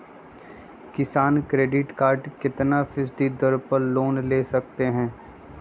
किसान credit card कितना फीसदी दर पर लोन ले सकते हैं?